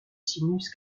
sinus